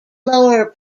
lower